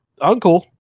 uncle